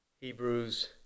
Hebrews